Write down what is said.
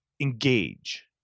engage